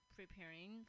preparing